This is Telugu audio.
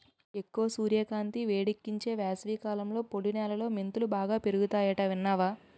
ఎక్కువ సూర్యకాంతి, వేడెక్కించే వేసవికాలంలో పొడి నేలలో మెంతులు బాగా పెరుగతాయట విన్నావా